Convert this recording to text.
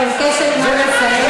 אתה מכניס,